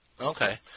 Okay